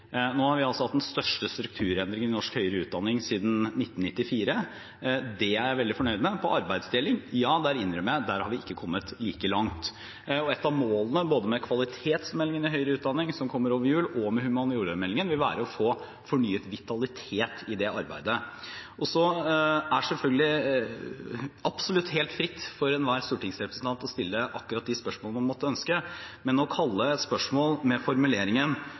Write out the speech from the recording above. Nå har vi hatt den største strukturendringen i norsk høyere utdanning siden 1994. Det er jeg veldig fornøyd med. Når det gjelder arbeidsdeling, innrømmer jeg at vi ikke har kommet like langt. Et av målene med både kvalitetsmeldingen i høyere utdanning, som kommer over jul, og med humaniorameldingen vil være å få en fornyet vitalitet i det arbeidet. Det er selvfølgelig absolutt helt fritt for enhver stortingsrepresentant å stille akkurat de spørsmålene som de måtte ønske. Men å kalle et spørsmål med formuleringen